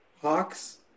Hawks